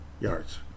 yards